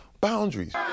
boundaries